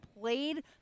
played